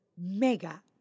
mega